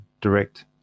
direct